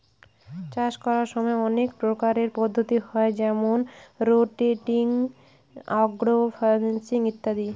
চাষ করার সময় অনেক প্রকারের পদ্ধতি হয় যেমন রোটেটিং, আগ্র ফরেস্ট্রি ইত্যাদি